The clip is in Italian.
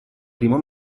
primo